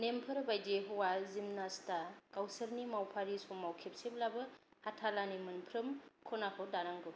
नेमफोर बायदियै हौवा जिम्नास्टा गावसोरनि मावफारिनि समाव खेबसेब्लाबो हाथालानि मोनफ्रोम खनाखौ दांनांगौ